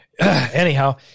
Anyhow